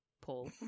Paul